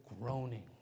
groaning